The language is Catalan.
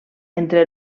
entre